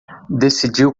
decidiu